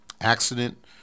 Accident